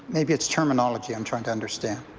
maybe it's terminology i'm trying to understand.